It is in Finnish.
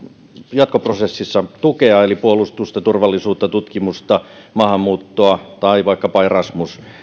jatkoprosessissa tukea eli puolustusta turvallisuutta tutkimusta maahanmuuttoa tai vaikkapa erasmus